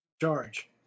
charge